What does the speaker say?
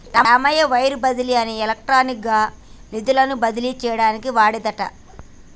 Ramayya wire బదిలీ అనేది electronic గా నిధులను బదిలీ చేయటానికి వాడేదట